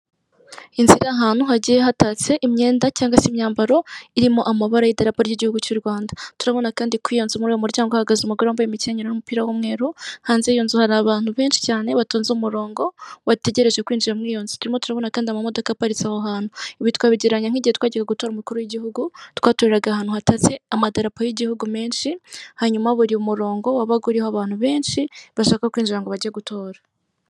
Mu muhanda harimo imodoka isize irangi ry'ubururu, imbere harimo haraturukayo ipikipiki ihetse umuntu, hirya gatoya hahagaze umuntu, ku muhanda hari ibiti binini cyane.